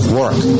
work